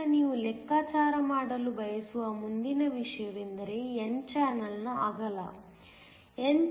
ಆದ್ದರಿಂದ ನೀವು ಲೆಕ್ಕಾಚಾರ ಮಾಡಲು ಬಯಸುವ ಮುಂದಿನ ವಿಷಯವೆಂದರೆ n ಚಾನಲ್ನ ಅಗಲ